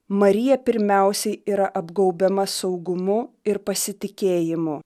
marija pirmiausiai yra apgaubiama saugumu ir pasitikėjimu